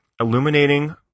illuminating